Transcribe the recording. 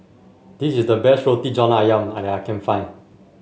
this is the best Roti John ayam at I can find